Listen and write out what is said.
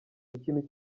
ikintu